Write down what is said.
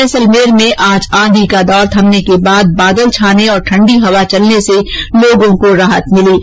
जैसलमेर में आज आंधी का दौर थमने के बाद आसमान में बादल छाने और ठंडी हवा चलने से लोगों को राहत मिली है